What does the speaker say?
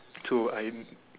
to I am